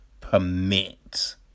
permit